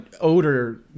odor